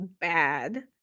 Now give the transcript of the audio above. bad